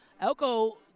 Elko